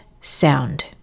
sound